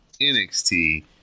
NXT